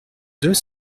deux